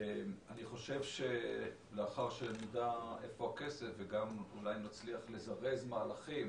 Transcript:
אני חושב שלאחר שנדע איפה הכסף ואולי נצליח לזרז מהלכים